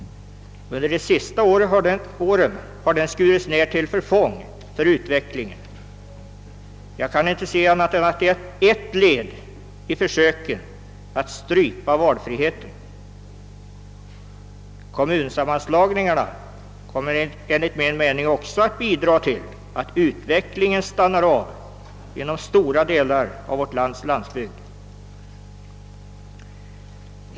Under de senaste åren har den skurits ned till förfång för utvecklingen. Jag kan inte se annat än att det är ett led i försöken att strypa valfriheten. Kommunsammanslagningar kommer enligt min mening också att bidra till att utvecklingen stannar av inom stora delar av vår landsbygd.